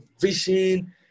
vision